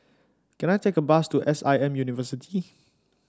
can I take a bus to S I M University